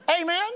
Amen